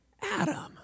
Adam